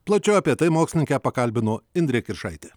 plačiau apie tai mokslininkę pakalbino indrė kiršaitė